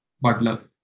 Butler